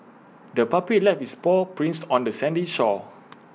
the puppy left its paw prints on the sandy shore